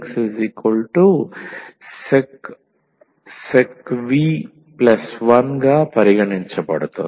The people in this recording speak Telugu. ఇప్పుడు dvdxsec v 1 గా పరిగణించబడుతుంది